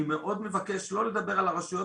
אני מאוד מבקש לא לדבר על הרשויות